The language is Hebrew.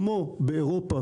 כמו באירופה,